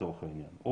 לצורך העניין,